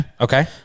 Okay